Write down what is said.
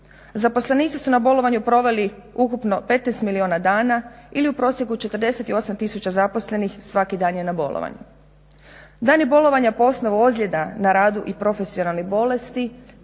Zaposlenici su na bolovanju proveli ukupno 15 milijuna dana ili u prosjeku 48 tisuća zaposlenih svaki dan je na bolovanju. Dani bolovanja po osnovi ozljeda na radu i profesionalnih bolesti